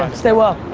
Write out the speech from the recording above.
um stay well.